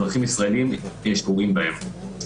אזרחים ישראלים שפורעים בהם.